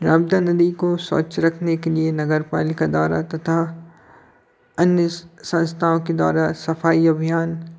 नर्मदा नदी को स्वच्छ रखने के लिए नगरपालिका द्वारा तथा अन्य संस्थाओं के द्वारा सफ़ाई अभियान